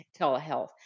telehealth